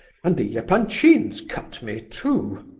and the epanchins cut me, too!